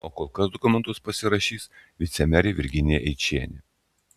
o kol kas dokumentus pasirašys vicemerė virginija eičienė